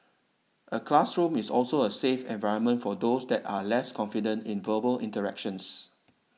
a classroom is also a 'safe' environment for those that are less confident in verbal interactions